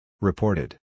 Reported